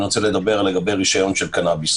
אני רוצה לדבר לגבי רישיון לקנביס.